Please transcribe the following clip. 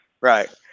Right